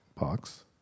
box